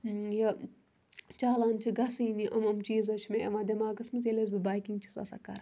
یہِ چالان چھِ گژھٲنی یِم یِم چیٖز حظ چھِ مےٚ یِوان دٮ۪ماغَس منٛز ییٚلہِ حظ بہٕ بایکِنٛگ چھَس آسان کَران